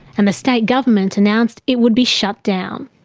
and the state government announced it would be shut down.